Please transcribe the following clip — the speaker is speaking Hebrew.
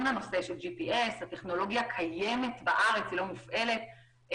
הטכנולוגיה קיימת בארץ והיא לא מופעלת.